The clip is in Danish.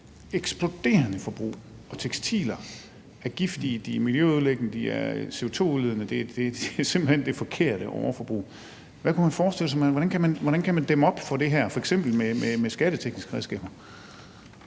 eksploderende forbrug af tekstiler, og de er giftige, de er miljøødelæggende, de er CO2-udledende. Det er simpelt hen det forkerte overforbrug. Hvad kan man forestille sig? Hvordan kan man dæmme op for det her – f.eks. med skattetekniske redskaber?